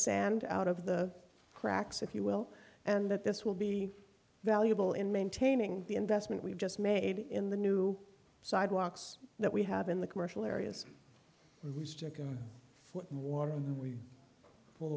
sand out of the cracks if you will and that this will be valuable in maintaining the investment we've just made in the new sidewalks that we have in the commercial areas restrict warming and we